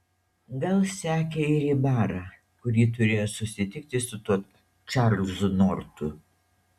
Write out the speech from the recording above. gal sekė ir į barą kur ji turėjo susitikti su tuo čarlzu nortu